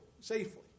safely